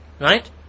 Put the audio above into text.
Right